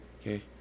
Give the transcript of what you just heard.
Okay